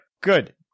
Good